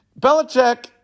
Belichick